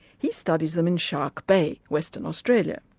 he studies them in shark bay, western australia.